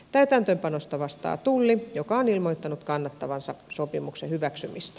täytäntöönpanosta vastaa tulli joka on ilmoittanut kannattavansa sopimuksen hyväksymistä